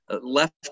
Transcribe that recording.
left